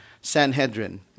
Sanhedrin